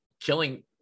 killing